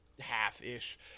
half-ish